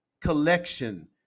collection